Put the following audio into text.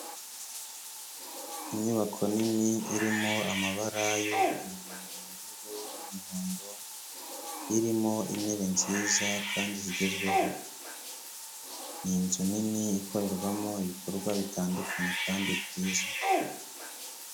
Inyubako nini irimo amabara y'umweru, ubururu n'umuhondo, irimo intebe nziza kandi zigezweho, ni inzu nini ikorerwamo ibikorwa bitandukanye kandi byiza.